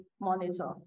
Monitor